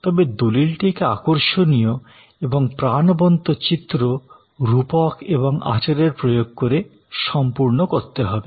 তবে দলিলটিকে আকর্ষণীয় এবং প্রাণবন্ত চিত্র রূপক এবং আচারের প্রয়োগ করে সম্পূরণ করতে হবে